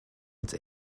its